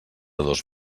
dos